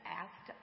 asked